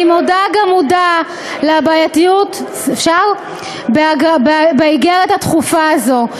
"אני מודע גם מודע לבעייתיות באיגרת הדחופה הזו.